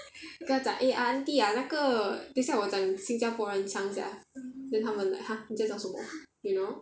跟他讲 eh auntie ah 那个等一下我讲新加坡人腔 sia then 他们 like !huh! 你在讲什么